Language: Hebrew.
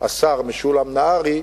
השר משולם נהרי,